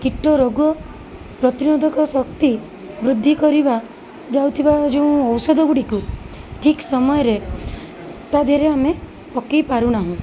କୀଟ ରୋଗପ୍ରତିରୋଧକଶକ୍ତି ବୃଦ୍ଧି କରିବା ଯାଉଥିବା ଯେଉଁ ଔଷଧ ଗୁଡ଼ିକୁ ଠିକ୍ ସମୟରେ ତାଦେହରେ ଆମେ ପକେଇପାରୁ ନାହୁଁ